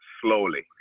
slowly